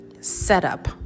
setup